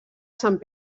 sant